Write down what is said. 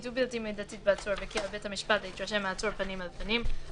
ובלתי מידתית בעצור וכי על בית המשפט להתרשם מהעצור פנים אל פנים,